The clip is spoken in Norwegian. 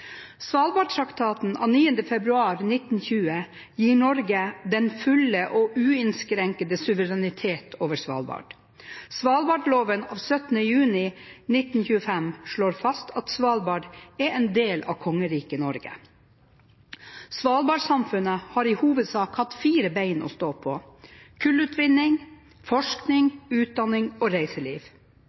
Svalbardtraktaten av 9. februar 1920 gir Norge «den fulle og uinnskrenkede suverenitet» over Svalbard. Svalbardloven av l7. juli 1925 slår fast at Svalbard er en del av kongeriket Norge. Svalbardsamfunnet har i hovedsak hatt fire bein å stå på: kullutvinning, forskning, utdanning og reiseliv.